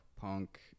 punk